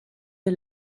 des